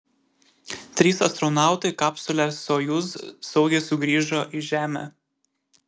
trys astronautai kapsule sojuz saugiai sugrįžo į žemę